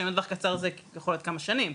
שטווח קצר זה יכול להיות כמה שנים,